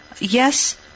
yes